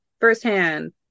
firsthand